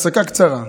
הפסקה קצרה,